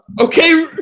Okay